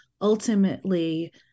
ultimately